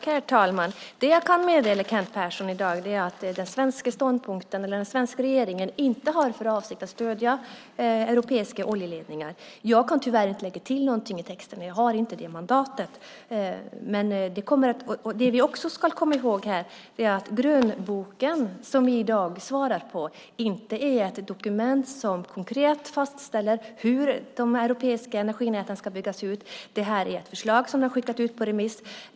Herr talman! Det jag kan meddela Kent Persson i dag är att den svenska regeringen inte har för avsikt att stödja europeiska oljeledningar. Jag kan tyvärr inte lägga till någonting i texten, jag har inte det mandatet. Det vi ska komma ihåg är att grönboken inte är ett dokument som konkret fastställer hur de europeiska energinäten ska byggas ut. Det här är ett förslag som är skickat ut på remiss.